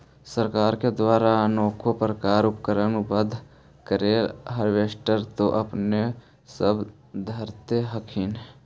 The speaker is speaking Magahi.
सरकार के द्वारा अनेको प्रकार उपकरण उपलब्ध करिले हारबेसटर तो अपने सब धरदे हखिन?